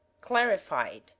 Clarified